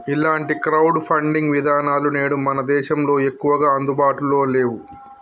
ఇలాంటి crowd funding విధానాలు నేడు మన దేశంలో ఎక్కువగా అందుబాటులో నేవు